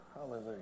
Hallelujah